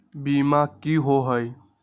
बीमा की होअ हई?